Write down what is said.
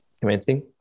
commencing